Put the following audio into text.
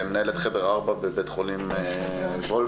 מנהלת חדר 4 בבית החולים וולפסון.